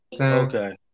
Okay